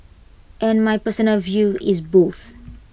and my personal view is both